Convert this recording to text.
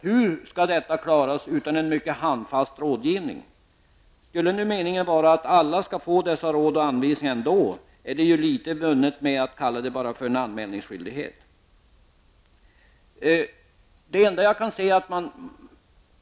Hur skall detta klaras utan en mycket handfast rådgivning? Skulle meningen vara att alla skall få dessa råd och anvisningar ändå är ju litet vunnet med att kalla det för bara en anmälningsskyldighet.